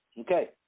Okay